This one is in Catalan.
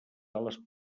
ales